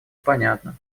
понятно